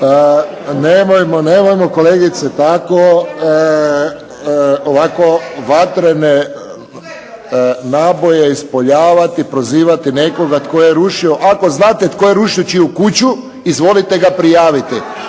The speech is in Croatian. Nemojmo kolegice tako, ovako vatrene naboje ispoljavati, prozivati nekoga tko je rušio. Ako znate tko je rušio …/Govornik se ne razumije./…